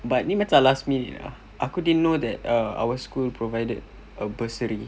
but ni macam last minute ah aku didn't know that err our school provided a bursary